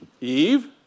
Eve